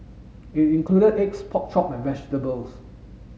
it included eggs pork chop and vegetables